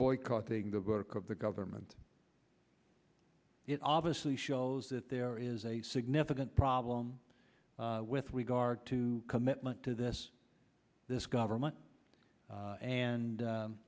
boycotting the work of the government it obviously shows that there is a significant problem with regard to commitment to this this government a